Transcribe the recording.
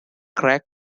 crack